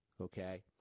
Okay